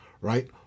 right